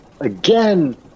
again